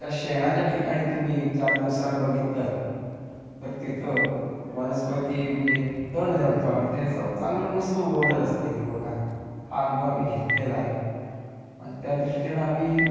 त्या शेणाच्या ठिकाणी तुम्ही चार दिवसानं बघितलंंत तर तिथं वनस्पती म्हणजे तण जणतो आम्ही ते असं चांगलं मस्त उगवलेलं असतं हिरवंगार हा अनुभव आम्ही घेतलेला आहे पण त्या दृष्टीनं आम्ही